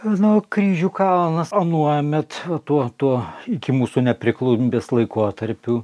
manau kryžių kalnas anuomet tuo tuo iki mūsų nepriklausomybės laikotarpiu